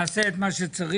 נעשה את מה שצריך.